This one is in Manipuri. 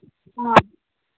ꯑꯥ